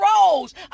roles